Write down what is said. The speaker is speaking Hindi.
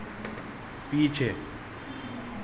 पीछे